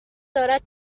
دارد